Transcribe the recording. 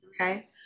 Okay